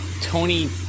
Tony